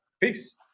Peace